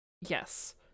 Yes